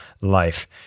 life